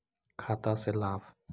खाता से लाभ?